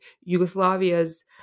Yugoslavia's